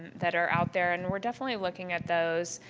that are out there. and we're definitely looking at those.